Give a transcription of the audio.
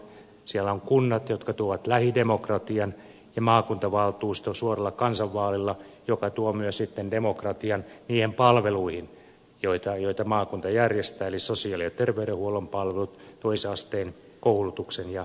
siellä on kunnat jotka tuovat lähidemokratian ja maakuntavaltuusto suoralla kansanvaalilla joka tuo myös sitten demokratian niihin palveluihin joita maakunta järjestää eli sosiaali ja terveydenhuollon palvelut toisen asteen koulutuksen ja niin edelleen